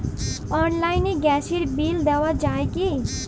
অনলাইনে গ্যাসের বিল দেওয়া যায় কি?